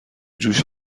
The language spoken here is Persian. جوش